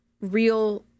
real